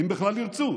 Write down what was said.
אם בכלל ירצו,